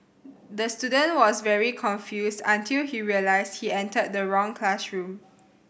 the student was very confused until he realised he entered the wrong classroom